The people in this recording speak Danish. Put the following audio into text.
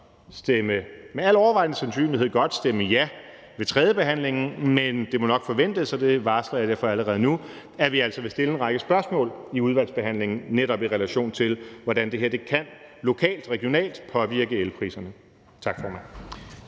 kan vi med al overvejende sandsynlighed godt stemme ja ved tredjebehandlingen, men det må nok forventes, og det varsler jeg derfor allerede nu, at vi altså vil stille en række spørgsmål i udvalgsbehandlingen, netop i relation til hvordan det her lokalt og regionalt kan påvirke elpriserne. Tak, formand.